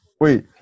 wait